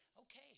Okay